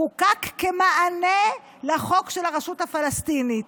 חוקק כמענה לחוק של הרשות הפלסטינית,